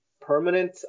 permanent